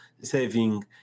saving